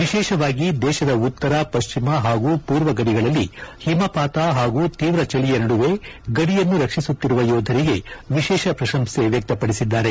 ವಿಶೇಷವಾಗಿ ದೇಶದ ಉತ್ತರ ಪಶ್ಚಿಮ ಹಾಗೂ ಪೂರ್ವ ಗಡಿಗಳಲ್ಲಿ ಹಿಮಪಾತ ಹಾಗೂ ತೀವ್ರ ಚಳಿಯ ನಡುವೆ ಗಡಿಯನ್ನು ರಕ್ಷಿಸುತ್ತಿರುವ ಯೋಧರಿಗೆ ವಿಶೇಷ ಪ್ರಶಂಸೆ ವ್ಯಕ್ತಪಡಿಸಿದ್ದಾರೆ